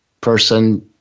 person